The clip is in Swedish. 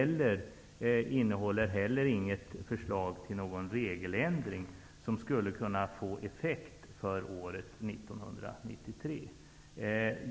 Det innehåller heller inte något förslag om en regeländring som skulle kunna få effekt för år 1993.